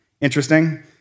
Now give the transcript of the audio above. interesting